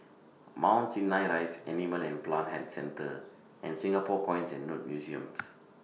Mount Sinai Rise Animal and Plant Health Centre and Singapore Coins and Notes Museums